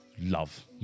love